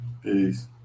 Peace